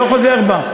אני לא חוזר ממנה.